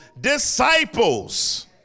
disciples